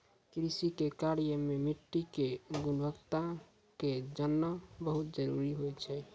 कृषि के कार्य मॅ मिट्टी के गुणवत्ता क जानना बहुत जरूरी होय छै